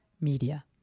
media